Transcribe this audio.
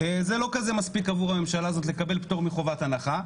זה לא כזה מספיק עבור הממשלה הזאת לקבל פטור מחובת הנחה.